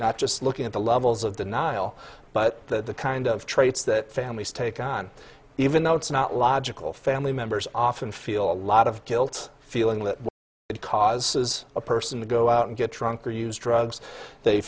not just looking at the levels of the nile but the kind of traits that families take on even though it's not logical family members often feel a lot of guilt feeling that it causes a person to go out and get drunk or use drugs they